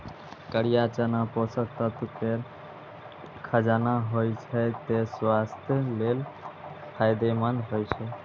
करिया चना पोषक तत्व केर खजाना होइ छै, तें स्वास्थ्य लेल फायदेमंद होइ छै